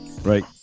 right